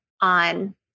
on